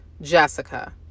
Jessica